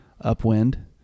upwind